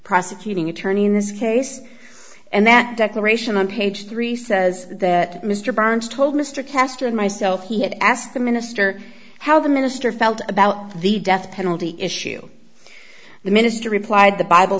prosecuting attorney in this case and that declaration on page three says that mr burns told mr castor and myself he had asked the minister how the minister felt about the death penalty issue the minister replied the bible